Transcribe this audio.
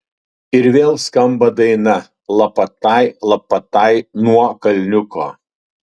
ir vėl skamba daina lapatai lapatai nuo kalniuko